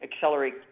accelerate